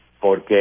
Porque